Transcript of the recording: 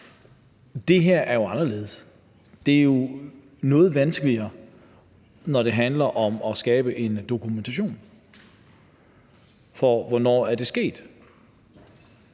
det her er jo anderledes. Det er noget vanskeligere, når det handler om at skabe en dokumentation for, hvornår det er sket.